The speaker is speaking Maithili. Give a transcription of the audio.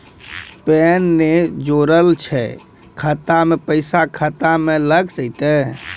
पैन ने जोड़लऽ छै खाता मे पैसा खाता मे लग जयतै?